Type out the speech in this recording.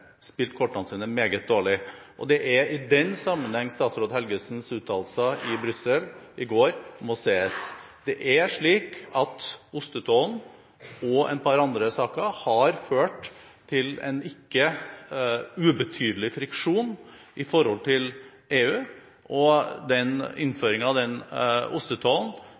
kortene sine meget dårlig. Det er i den sammenheng statsråd Helgesens uttalelser i Brussel i går må ses. Det er slik at ostetollen og et par andre saker har ført til en ikke ubetydelig friksjon i forholdet til EU. Og innføringen av